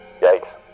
Yikes